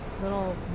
little